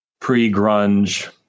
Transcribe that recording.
pre-grunge